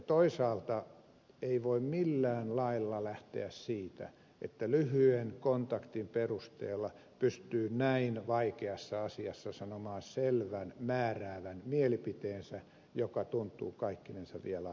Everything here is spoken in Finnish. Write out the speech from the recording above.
toisaalta ei voi millään lailla lähteä siitä että lyhyen kontaktin perusteella pystyy näin vaikeassa asiassa sanomaan selvän määräävän mielipiteensä joka tuntuu kaikkinensa vielä aika ehdottomalta